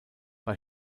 bei